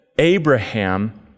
Abraham